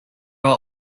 are